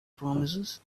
promises